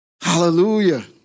Hallelujah